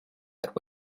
that